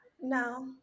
no